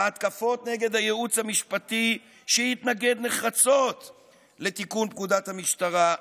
ההתקפות נגד הייעוץ המשפטי שהתנגד נחרצות לתיקון פקודת המשטרה,